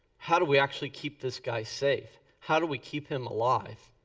how do we actually keep this guy safe? how do we keep him alive?